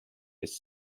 his